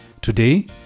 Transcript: Today